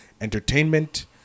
entertainment